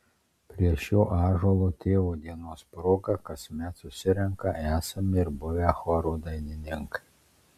prie šio ąžuolo tėvo dienos proga kasmet susirenka esami ir buvę choro dainininkai